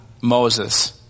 Moses